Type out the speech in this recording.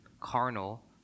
carnal